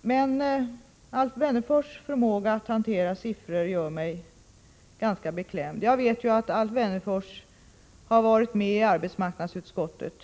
Men Alf Wennerfors sätt att hantera siffror gör mig ganska beklämd. Jag känner ju till att Alf Wennerfors har varit med i arbetsmarknadsutskottet